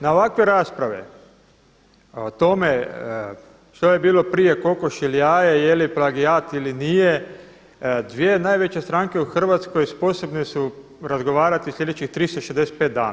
Na ovakve rasprave o tome što je bilo prije „kokoš ili jaje“, je li plagijat ili nije dvije najveće stranke u Hrvatskoj sposobne su razgovarati sljedećih 365 dana.